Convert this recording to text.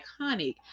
iconic